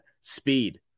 speed